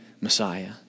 Messiah